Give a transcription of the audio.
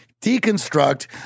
deconstruct